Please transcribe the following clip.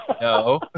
no